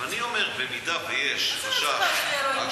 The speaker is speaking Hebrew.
אני אומר, במידה שיש, מה זה לא צריך להפריע לו?